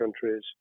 countries